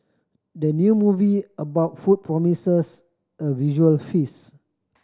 the new movie about food promises a visual feast